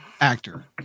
actor